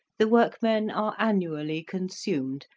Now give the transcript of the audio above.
the workmen are annually consumed,